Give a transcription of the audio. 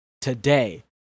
today